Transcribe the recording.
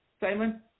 Simon